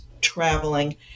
traveling